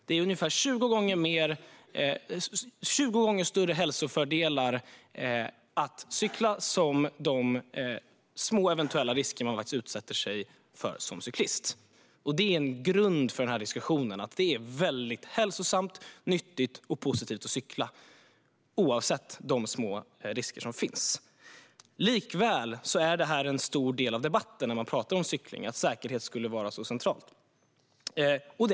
Det är ungefär 20 gånger större hälsofördelar med att cykla sett till de små eventuella risker man utsätter sig för som cyklist. Det är en grund för diskussionen. Det är väldigt hälsosamt, nyttigt och positivt att cykla oavsett de små risker som finns. Likväl är en stor del av debatten när man talar om cykling att säkerhet skulle vara centralt.